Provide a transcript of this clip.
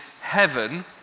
heaven